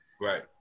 Right